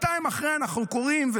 אחרי שנתיים אנחנו קוראים,